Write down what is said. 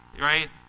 Right